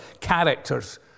characters